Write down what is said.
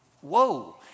Whoa